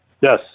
Yes